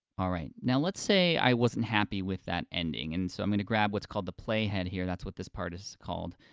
all right. now let's say, i wasn't happy with that ending, and so i'm gonna grab what's call the playhead here, that's what this part is called,